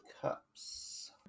Cups